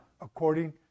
according